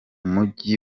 mujyi